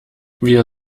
wir